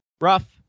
Rough